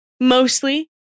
mostly